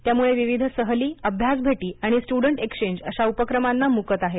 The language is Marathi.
त्यामुळे विविध सहली अभ्यास भेटी आणि स्ट्डंट एक्सचेंज अशा उपक्रमांना मुकत आहेत